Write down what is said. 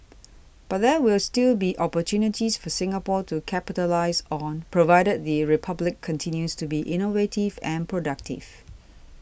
but there will still be opportunities for Singapore to capitalise on provided the Republic continues to be innovative and productive